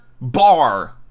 bar